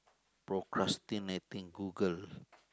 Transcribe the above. procrastinating Google